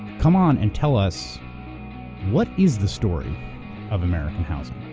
come on and tell us what is the story of american housing.